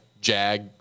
Jag